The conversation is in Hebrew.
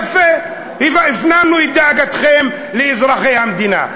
יפה, הפנמנו את דאגתכם לאזרחי המדינה.